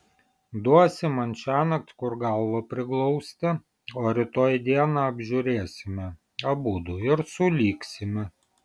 duosi man šiąnakt kur galvą priglausti o rytoj dieną apžiūrėsime abudu ir sulygsime